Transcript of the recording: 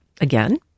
again